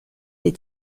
des